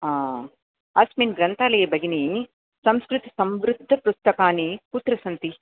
हा अस्मिन् ग्रन्थालये भगिनि संस्कृतसंवृत्तपुस्तकानि कुत्र सन्ति